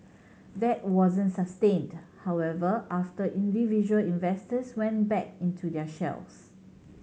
that wasn't sustained however after individual investors went back into their shells